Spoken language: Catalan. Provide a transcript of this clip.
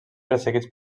perseguits